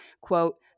quote